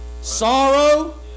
sorrow